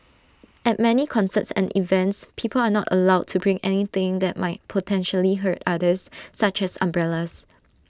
at many concerts and events people are not allowed to bring anything that might potentially hurt others such as umbrellas